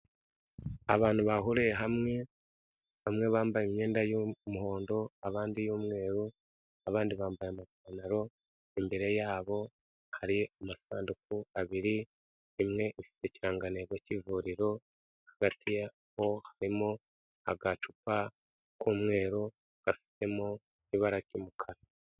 Abantu bahuriye hamwe bamwe bambaye imyenda y'umuhondo aband iy'umweru abandi bambaye amapantaro, imbere yabo hari amasanduku abiri imwe ufite ikirangantego cy'ivuriro hagati yabo ho harimo agacupa k'umweru gafitemo ibara ry'umukara.